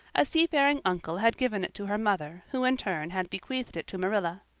a seafaring uncle had given it to her mother who in turn had bequeathed it to marilla.